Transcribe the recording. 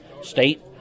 state